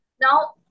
Now